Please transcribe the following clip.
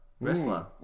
wrestler